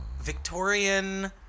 Victorian